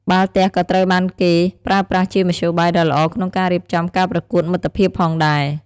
បាល់ទះក៏ត្រូវបានគេប្រើប្រាស់ជាមធ្យោបាយដ៏ល្អក្នុងការរៀបចំការប្រកួតមិត្តភាពផងដែរ។